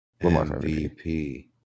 MVP